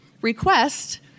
request